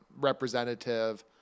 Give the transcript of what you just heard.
representative